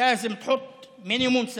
מגיש